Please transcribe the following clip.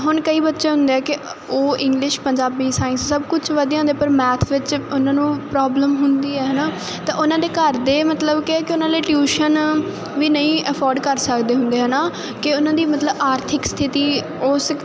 ਹੁਣ ਕਈ ਬੱਚੇ ਹੁੰਦੇ ਆ ਕਿ ਉਹ ਇੰਗਲਿਸ਼ ਪੰਜਾਬੀ ਸਾਇੰਸ ਸਭ ਕੁਝ ਵਧੀਆ ਹੁੰਦੇ ਪਰ ਮੈਥ ਵਿੱਚ ਉਹਨਾਂ ਨੂੰ ਪ੍ਰੋਬਲਮ ਹੁੰਦੀ ਹੈ ਹੈ ਨਾ ਤਾਂ ਉਹਨਾਂ ਦੇ ਘਰ ਦੇ ਮਤਲਬ ਕਿ ਉਹਨਾਂ ਲਈ ਟਿਊਸ਼ਨ ਵੀ ਨਹੀਂ ਅਫੋਰਡ ਕਰ ਸਕਦੇ ਹੁੰਦੇ ਹੈ ਨਾ ਕਿ ਉਹਨਾਂ ਦੀ ਮਤਲਬ ਆਰਥਿਕ ਸਥਿਤੀ ਉਸ